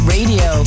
Radio